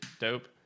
dope